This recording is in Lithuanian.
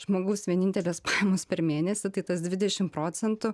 žmogaus vienintelės pajamos per mėnesį tai tas dvidešim procentų